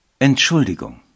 Entschuldigung